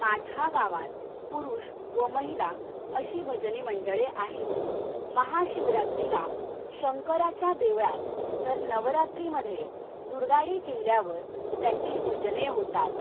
माझ्या गावात पुरुष व महिला अशी भजनी मंडळे आहेत महाशिवरात्रीला शंकराच्या देवळात तर नवरात्रीमध्ये दुर्गाडी किल्ल्यावर त्यांची भजने होतात